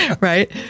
right